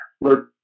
look